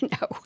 No